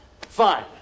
fine